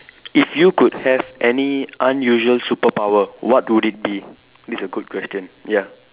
if you could have any unusual superpower what would it be this a good question ya